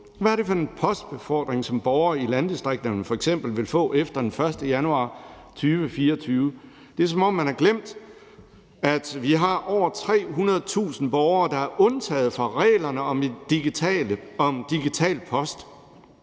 Hvad er det for en postbefordring, som borgere i landdistrikterne f.eks. vil få efter den 1. januar 2024? Det er, som om man har glemt, at vi har over 300.000 borgere, der er undtaget fra reglerne om digital post.